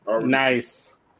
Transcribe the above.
Nice